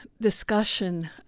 discussion